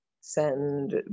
send